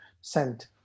sent